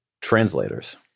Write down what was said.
translators